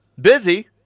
Busy